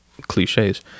cliches